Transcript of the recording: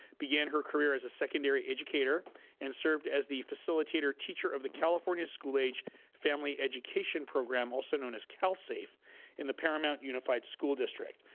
began her career as a secondary educator and served as the facilitator, teacher of the california school age family education program, also known as cal-safe in the paramount unified school district.